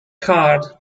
card